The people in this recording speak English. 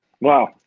Wow